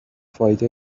فایده